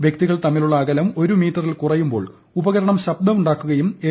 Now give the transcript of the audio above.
വൃക്തികൾ തമ്മിലുളള അകലം ഒരു മീറ്ററിൽ കുറയുമ്പോൾ ഉപകരണം ശബ്ദമുണ്ടാക്കുകയും എൽ